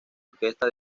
orquesta